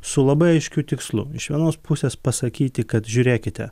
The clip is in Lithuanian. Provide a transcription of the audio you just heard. su labai aiškiu tikslu iš vienos pusės pasakyti kad žiūrėkite